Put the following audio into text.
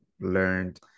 learned